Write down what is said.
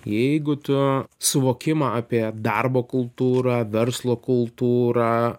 jeigu tu suvokimą apie darbo kultūrą verslo kultūrą